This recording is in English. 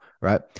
right